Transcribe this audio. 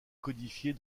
codifiée